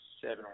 seven